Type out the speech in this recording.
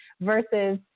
versus